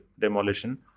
demolition